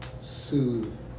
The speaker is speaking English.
soothe